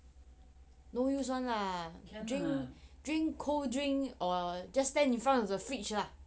no use [one] lah drink cold drink err just stand in front of the fridge lah